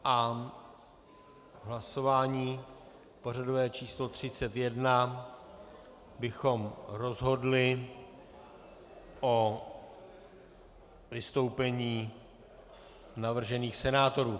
V hlasování pořadové číslo 31 bychom rozhodli o vystoupení navržených senátorů.